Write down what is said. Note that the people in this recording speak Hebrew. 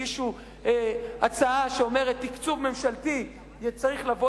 הגישו הצעה שאומרת תקצוב ממשלתי צריך לבוא